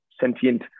sentient